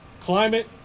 climate